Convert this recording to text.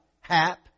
Hap